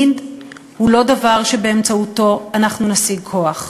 מין הוא לא דבר שבאמצעותו אנחנו נשיג כוח.